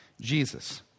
Jesus